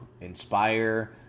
inspire